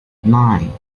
nine